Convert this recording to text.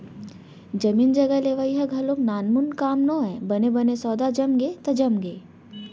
जमीन जघा के लेवई ह घलोक नानमून काम नोहय बने बने सौदा जमगे त जमगे